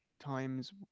times